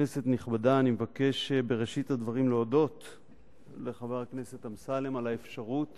אני מבקש בראשית הדברים להודות לחבר הכנסת אמסלם על האפשרות